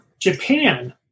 japan